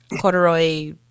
corduroy